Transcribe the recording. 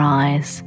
eyes